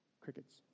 Crickets